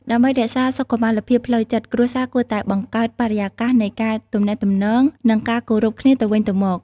ដើម្បីរក្សាសុខុមាលភាពផ្លូវចិត្ត គ្រួសារគួរតែ បង្កើតបរិយាកាសនៃការទំនាក់ទំនង និងការគោរពគ្នាទៅវិញទៅមក។